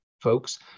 folks